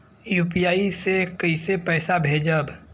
UPI से कईसे पैसा भेजब?